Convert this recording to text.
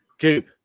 Coop